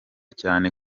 cyane